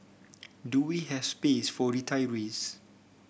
do we have space for retirees